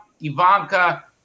Ivanka